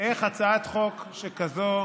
איך הצעת חוק כזאת